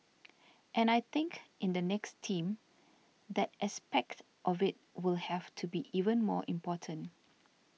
and I think in the next team that aspect of it will have to be even more important